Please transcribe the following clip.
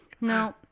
No